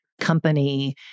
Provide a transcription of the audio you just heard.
company